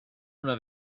una